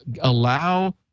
allow